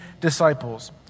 disciples